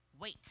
wait